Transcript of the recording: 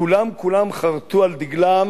כולם כולם חרתו על דגלם